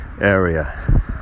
area